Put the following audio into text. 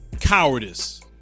cowardice